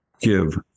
give